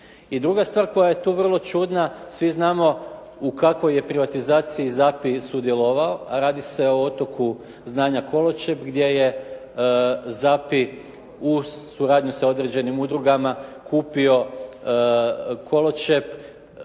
druga stvar koja je tu vrlo čudna, svi znamo u kakvoj je privatizaciji ZAPI sudjelovao, a radi se o otoku znanja Koločep gdje je ZAPI uz suradnju sa određenim udrugama kupio Koločep